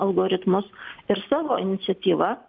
algoritmus ir savo iniciatyva